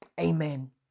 Amen